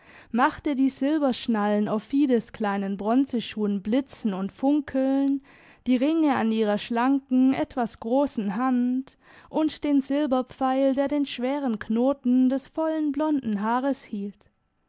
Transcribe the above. machte die silberschnallen auf fides kleinen bronzeschuhen blitzen und funkeln die ringe an ihrer schlanken etwas grossen hand und den silberpfeil der den schweren knoten des vollen blonden haares hielt